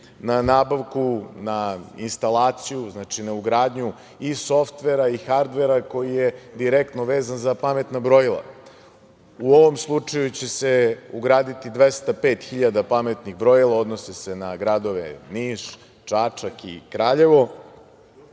na nabavku, na instalaciju, na ugradnju i softvera i hardvera koji je direktno vezan za pametna brojila. U ovom slučaju će se ugraditi 205 hiljada pametnih brojila, odnosi se na gradove Niš, Čačak i Kraljevo. Ono